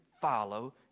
follow